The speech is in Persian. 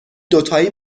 دوتایی